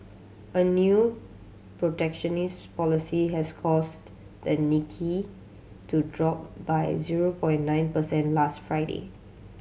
a new protectionist policy has caused the Nikkei to drop by zero point nine percent last Friday